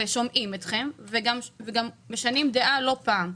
שומעים אתכם וגם משנים דעה לא פעם.